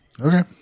okay